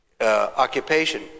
occupation